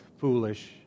foolish